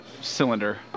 cylinder